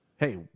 Hey